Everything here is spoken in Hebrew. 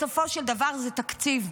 בסופו של דבר זה תקציב.